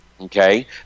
Okay